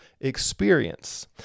experience